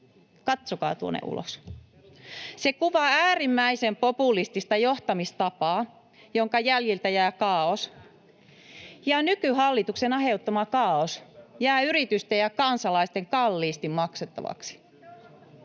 Biaudet´n välihuuto] Se kuvaa äärimmäisen populistista johtamistapaa, jonka jäljiltä jää kaaos — ja nykyhallituksen aiheuttama kaaos jää yritysten ja kansalaisten kalliisti maksettavaksi.